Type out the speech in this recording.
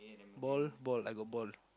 ball ball I got ball